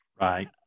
right